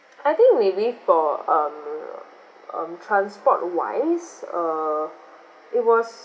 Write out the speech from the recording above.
I think maybe for um um transport wise err it was